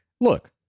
Look